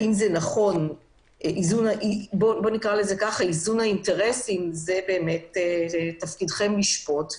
איזון האינטרסים זה תפקידכם לשפוט,